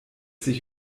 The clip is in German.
sich